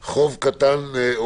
עוד חוב קטן גדול.